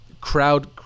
crowd